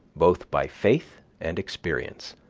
both by faith and experience,